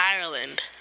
Ireland